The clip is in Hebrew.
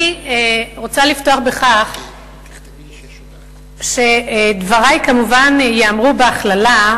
אני רוצה לפתוח בכך שדברי ייאמרו כמובן בהכללה,